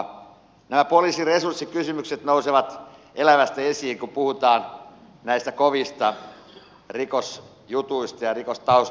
nämä poliisin resurssikysymykset nousevat elävästi esiin kun puhutaan näistä kovista rikosjutuista ja rikostaustoista